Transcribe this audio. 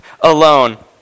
alone